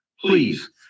Please